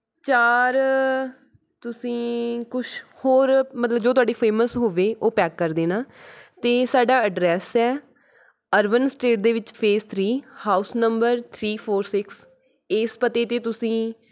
ਚਾਰ ਤੁਸੀਂ ਕੁਛ ਹੋਰ ਮਤਲਬ ਜੋ ਤੁਹਾਡੀ ਫੇਮਸ ਹੋਵੇ ਉਹ ਪੈਕ ਕਰ ਦੇਣਾ ਅਤੇ ਸਾਡਾ ਐਡਰੈੱਸ ਹੈ ਅਰਬਨ ਸਟੇਟ ਦੇ ਵਿੱਚ phase three house number three four six ਇਸ ਪਤੇ 'ਤੇ ਤੁਸੀਂ